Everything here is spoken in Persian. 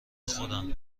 خودم